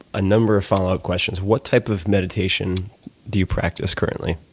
a number of follow up questions. what type of meditation do you practice currently?